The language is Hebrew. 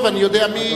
ואני יודע מי,